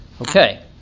Okay